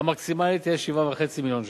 במקום 400, המקסימלית תהיה 7.5 מיליון ש"ח,